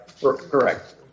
Correct